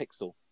pixel